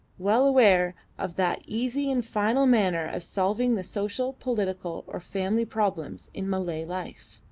well aware of that easy and final manner of solving the social, political, or family problems in malay life.